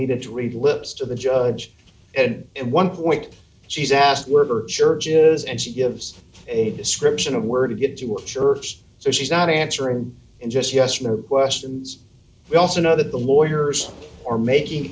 needed to read lips to the judge and one point she's asked were churches and she gives a description of where to get to a church so she's not answering just yes or no questions we also know that the lawyers are making